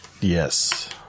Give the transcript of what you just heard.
Yes